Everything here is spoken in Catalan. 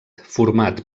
format